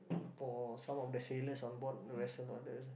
for some of the sailors onboard the vessel or the